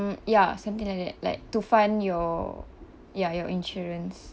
ya something like that like to fund your ya your insurance